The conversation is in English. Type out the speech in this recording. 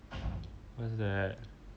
what's that